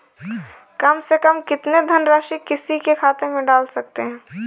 कम से कम कितनी धनराशि किसी के खाते में डाल सकते हैं?